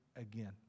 again